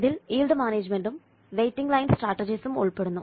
ഇതിൽ യീൽഡ് മാനേജ്മെന്റും waiting line സ്ട്രാറ്റജീസും ഉൾപ്പെടുന്നു